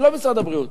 אני לא משרד הבריאות,